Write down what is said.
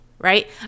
right